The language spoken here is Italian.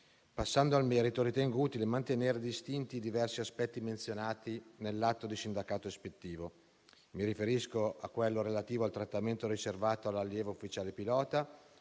Passando al merito, ritengo utile mantenere distinti i diversi aspetti menzionati nell'atto di sindacato ispettivo. Mi riferisco a quello relativo al trattamento riservato all'allieva ufficiale pilota;